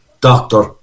Doctor